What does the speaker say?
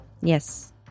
Yes